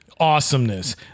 awesomeness